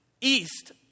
east